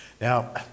Now